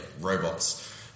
robots